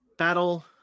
battle